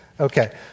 okay